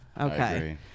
Okay